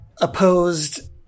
opposed